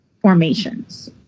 formations